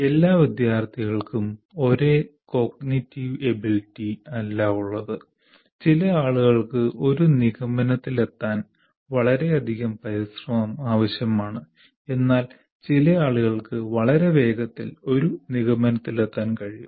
എല്ലാ വിദ്യാർത്ഥികൾക്കും ഒരേ കോഗ്നിറ്റീവ് എബിലിറ്റി അല്ല ഉള്ളത് ചില ആളുകൾക്ക് ഒരു നിഗമനത്തിലെത്താൻ വളരെയധികം പരിശ്രമം ആവശ്യമാണ് എന്നാൽ ചില ആളുകൾക്ക് വളരെ വേഗത്തിൽ ഒരു നിഗമനത്തിലെത്താൻ കഴിയും